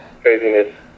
craziness